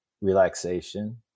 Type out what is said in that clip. relaxation